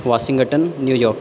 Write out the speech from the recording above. Washington New York